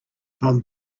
from